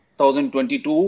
2022